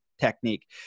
technique